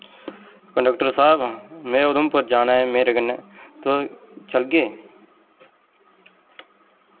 conductor साहब में उधमपुर जाना ऐ मेरे कन्नै तुस चलगे